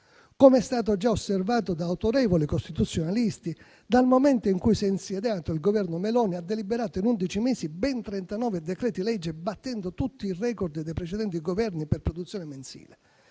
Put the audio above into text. Com'è già stato osservato da autorevoli costituzionalisti, dal momento in cui si è insediato, il Governo Meloni ha deliberato in undici mesi ben 39 decreti-legge, battendo tutti i *record* dei precedenti Governi per produzione mensile.